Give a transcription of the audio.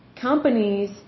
companies